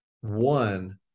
one